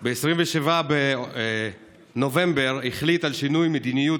החליט ב-27 בנובמבר על שינוי מדיניות